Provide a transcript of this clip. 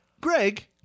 Greg